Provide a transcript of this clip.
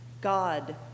God